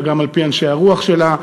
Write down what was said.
אלא גם על-פי אנשי הרוח שלה.